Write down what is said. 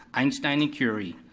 einstein and curie.